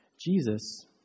Jesus